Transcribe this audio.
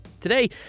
Today